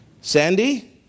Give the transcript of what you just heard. Sandy